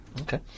Okay